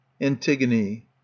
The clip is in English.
Antigone